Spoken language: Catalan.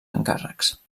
encàrrecs